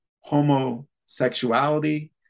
homosexuality